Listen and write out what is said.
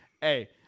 hey